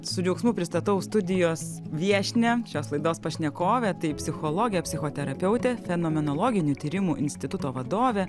su džiaugsmu pristatau studijos viešnią šios laidos pašnekovę tai psichologė psichoterapeutė fenomenologinių tyrimų instituto vadovė